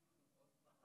פשוט,